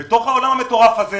בעולם המטורף זה